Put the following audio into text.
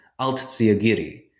altziagiri